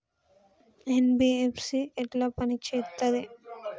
NBFC ఎట్ల పని చేత్తది?